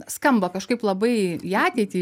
skamba kažkaip labai į ateitį